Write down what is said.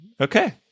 Okay